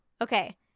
Okay